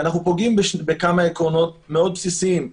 ואנחנו פוגעים בכמה עקרונות מאוד בסיסיים.